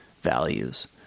values